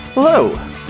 Hello